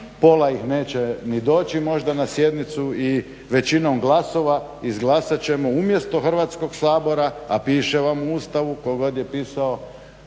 pola ih neće ni doći možda na sjednicu i većinom glasova izglasat ćemo umjesto Hrvatskog sabora, a piše vam u Ustavu, tko god je pisao